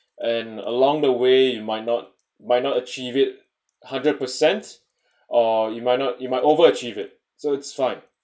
and along the way you might not might not achieve it hundred percent or you might not you might over achieve it so it's fine